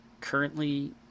currently